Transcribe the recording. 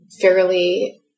fairly